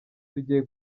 tugiye